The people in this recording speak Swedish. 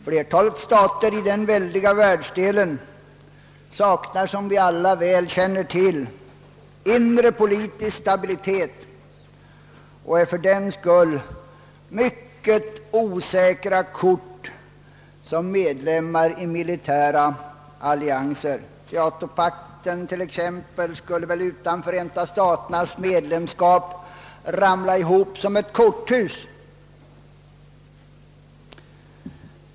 Flertalet stater i den väldiga världsdelen saknar, som vi alla känner till, inre politisk stabilitet och blir fördenskull mycket osäkra kort som medlemmar i :militärallianser. SEATO pakten t.ex. skulle väl utan Förenta staternas medlemskap ramla ihop som ett korthus.